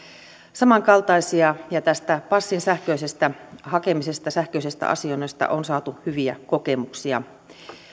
samankaltaisia ja tästä passin sähköisestä hakemisesta sähköisestä asioinnista on saatu hyviä kokemuksia